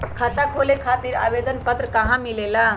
खाता खोले खातीर आवेदन पत्र कहा मिलेला?